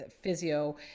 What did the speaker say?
physio